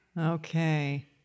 okay